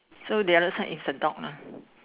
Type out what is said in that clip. so the other side is a dog lah